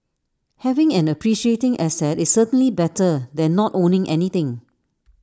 having an appreciating asset is certainly better than not owning anything